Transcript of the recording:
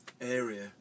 area